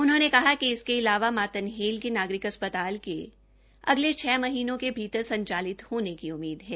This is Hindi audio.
उन्होंने कहा कि इसके अलावा मातनहेल के नागरिक अस्पताल के अगले छ महीनों के भीतर संचालित होने की उम्मीद है